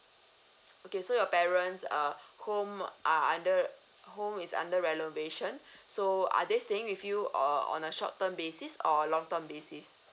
okay so your parents err home err under home is under renovation so are they staying with you or on a short term basis or long term basis